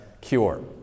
cure